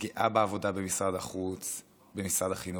גאה בעבודה במשרד החינוך, קרייריסטית.